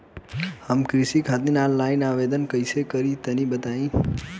हम कृषि खातिर आनलाइन आवेदन कइसे करि तनि बताई?